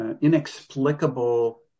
inexplicable